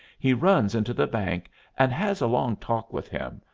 he runs into the bank and has a long talk with him,